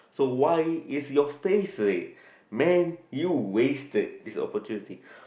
so why is you face red man you wasted is opportunity